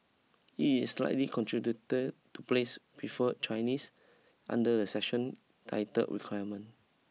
it is slightly contradictory to place prefer Chinese under a section titled requirement